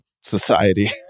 society